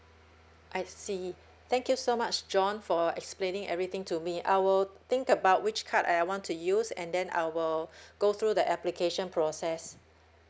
I see thank you so much john for explaining everything to me I will think about which card I want to use and then I will go through the application process